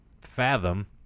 fathom